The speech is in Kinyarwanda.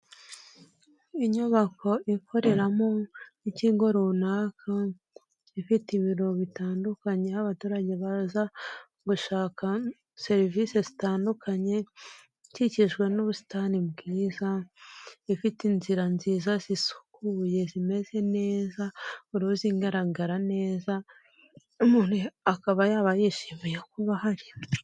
Inyubako ikoreramo ikigo runaka, ifite ibiro bitandukanye aho abaturage baza gushaka serivisi zitandukanye, ikikijwe n'ubusitani bwiza, ifite inzira nziza zisukuye zimeze neza uruzi igaragara neza umuntu akaba yaba yishimiye kuba ahari.